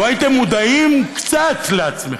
לו הייתם מודעים קצת לעצמכם,